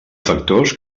factors